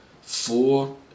Four